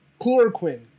chloroquine